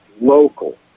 Local